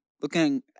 looking